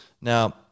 now